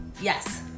yes